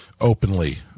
openly